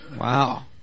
Wow